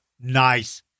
Nice